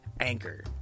Anchor